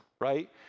right